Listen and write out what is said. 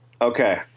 Okay